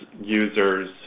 users